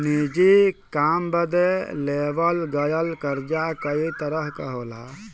निजी काम बदे लेवल गयल कर्जा कई तरह क होला